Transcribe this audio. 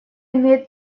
имеет